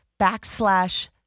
backslash